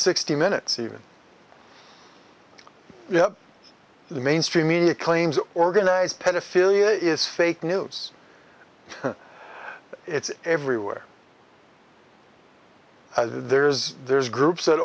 sixty minutes even the mainstream media claims organized pedophilia is fake news it's everywhere there is there is groups that